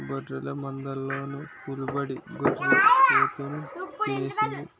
గొర్రెల మందలోన పులిబడి గొర్రి పోతుని తినేసింది